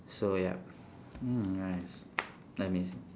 so yup mm nice amazing